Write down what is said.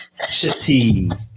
Shitty